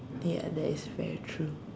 ya that is very true